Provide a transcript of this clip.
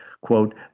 quote